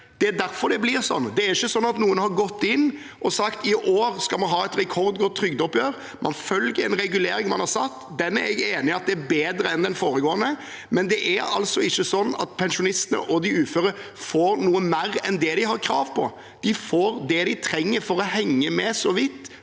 for pensjonistar 5051 noen har gått inn og sagt: I år skal vi ha et rekordgodt trygdeoppgjør. Man følger en regulering man har satt, og den er jeg enig i at er bedre enn den foregående, men det er ikke sånn at pensjonistene og de uføre får noe mer enn det de har krav på. De får det de trenger for å henge med, så vidt,